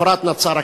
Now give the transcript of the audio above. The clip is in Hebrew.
הכתב פוראת נסאר,